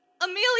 Amelia